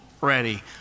ready